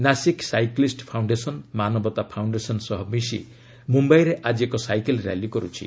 Nashik cyclist foundation Manavata foundation ସହ ମିଶି ମୁମ୍ଯାଇରେ ଆଜି ଏକ ସାଇକେଲ୍ ର୍ୟାଲି କରୁଛି